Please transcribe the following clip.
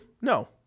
No